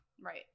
Right